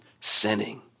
sinning